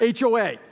HOA